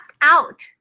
out